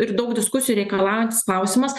ir daug diskusijų reikalaujantis klausimas